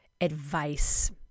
advice